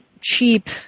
cheap